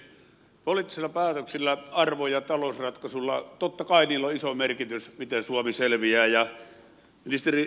poliittisilla päätöksillä ja arvo ja talousratkaisuilla totta kai on iso merkitys miten suomi selviää